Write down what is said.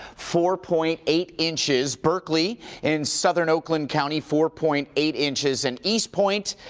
four point eight inches. berkley in southern oakland county, four point eight inches. and eastpointe,